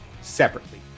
separately